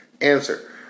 Answer